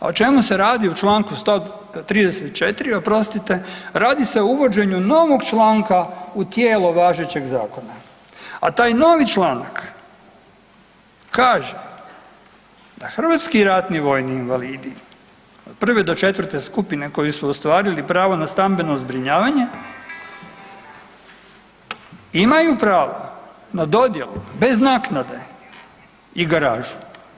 O čemu se radi u članku 134. oprostite, radi se o uvođenju novog članka u tijelo važećeg Zakona, a taj novi članak kaže da hrvatski ratni vojni invalidi od prve do četvrte skupine, koji su ostvarili pravo na stambeno zbrinjavanje imaju pravo na dodjelu, bez naknade i garažu.